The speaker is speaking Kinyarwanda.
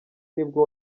nibwo